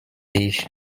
ich